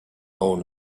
own